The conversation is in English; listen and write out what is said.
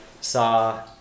saw